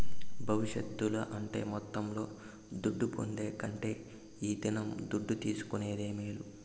భవిష్యత్తుల అంటే మొత్తంలో దుడ్డు పొందే కంటే ఈ దినం దుడ్డు తీసుకునేదే మేలు